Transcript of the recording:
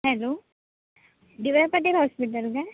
hello D Y hospital काय